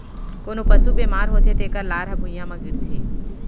कोनों पसु बेमार होथे तेकर लार ह भुइयां म गिरथे